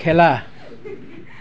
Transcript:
খেলা